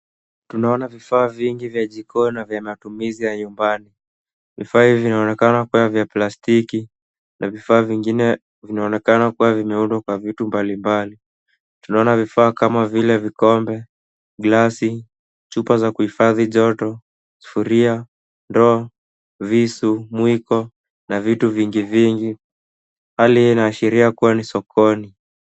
Tunaona vifaa vingi vya jikoni na vya matumizi ya nyumbani. Vifaa hivi vinaonekana kuwa vya plastiki na vifaa vingine vinaonekana kuwa vimeundwa kwa vitu mbalimbali. Tunaona vifaa kama vile vikombe, gilasi, chupa za kuhifadhi joto, sufuria, ndoo, visu, mwiko na vitu vingi, vingi. Hali hii inaashiria kuwa ni sokoni.